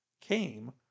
came